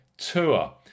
Tour